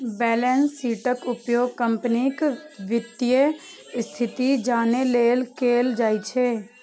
balance शीटक उपयोग कंपनीक वित्तीय स्थिति जानै लेल कैल जाइ छै